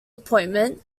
appointment